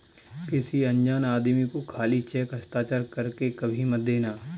किसी अनजान आदमी को खाली चेक हस्ताक्षर कर के कभी मत देना